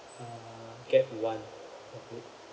uh get one of it